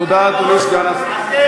תודה, סגן שר האוצר מיקי לוי.